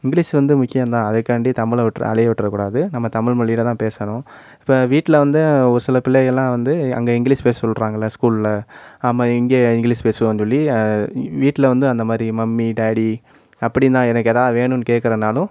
English வந்து முக்கியம் தான் அதுக்காண்டி தமிழை விட்டுற அழிய விட்டுறக்கூடாது நம்ம தமிழ் மொழில தான் பேசணும் இப்போ வீட்டில் வந்து ஒரு சில பிள்ளைகள்லாம் வந்து அங்கே இங்கிலீஸ் பேச சொல்கிறாங்கள்ல ஸ்கூல்லில் ஆமாம் இங்கே இங்கிலீஸ் பேசுவோம் சொல்லி வீட்டில் வந்து அந்த மாதிரி மம்மி டாடி அப்படிந்தான் எனக்கு எது வேணும்னு கேக்குறதுன்னாலும்